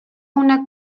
una